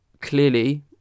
clearly